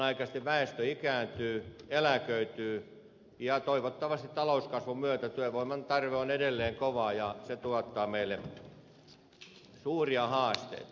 samanaikaisesti väestö ikääntyy eläköityy ja toivottavan talouskasvun myötä työvoiman tarve on edelleen kova ja se tuottaa meille suuria haasteita